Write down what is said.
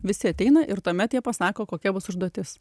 visi ateina ir tuomet jie pasako kokia bus užduotis